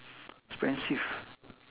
expensive